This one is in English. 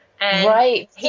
Right